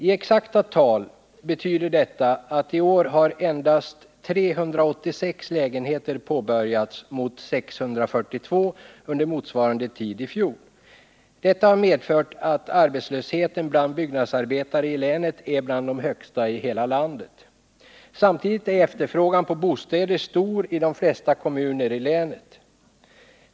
I exakta tal betyder detta att endast 386 lägenheter har påbörjats i år mot 642 under motsvarande tid i fjol. Detta har medfört att antalet arbetslösa byggnadsarbetare i länet är bland de högsta i hela landet. Samtidigt är efterfrågan på bostäder stor i de flesta kommuner i länet.